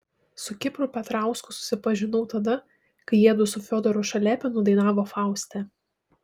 su kipru petrausku susipažinau tada kai jiedu su fiodoru šaliapinu dainavo fauste